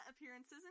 appearances